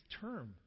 term